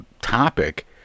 topic